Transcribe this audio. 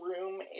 room